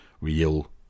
real